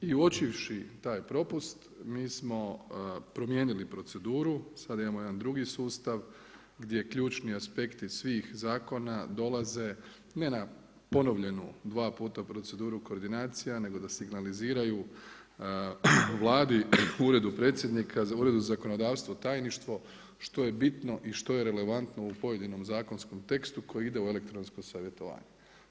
I uočivši taj propust mi smo promijenili proceduru, sada imamo jedan drugi sustav gdje ključni aspekti svih zakona dolaze ne na ponovljenu dva puta proceduru koordinacija nego da signaliziraju Vladi, Uredu predsjednika, Uredu za zakonodavstvo, tajništvo što je bitno i što je relevantno u pojedinom zakonskom tekstu koji ide u elektronsko savjetovanje.